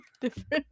different